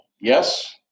yes